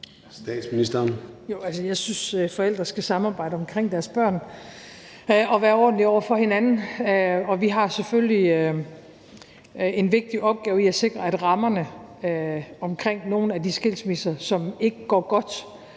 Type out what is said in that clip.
Frederiksen): Jo, jeg synes, at forældre skal samarbejde om deres børn og være ordentlige over for hinanden. Vi har selvfølgelig en vigtig opgave i at sikre, at rammerne om nogle af de skilsmisser, som ikke går godt,